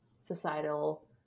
societal